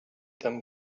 them